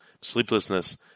sleeplessness